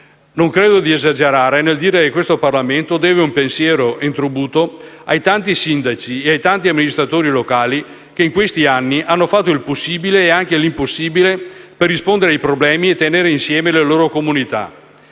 Non credo di esagerare nel dire che questo Parlamento deve un pensiero e un tributo ai tanti sindaci e ai tanti amministratori locali che, in questi anni, hanno fatto il possibile e anche l'impossibile per rispondere ai problemi e tenere insieme le loro comunità.